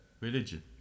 religion